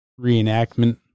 reenactment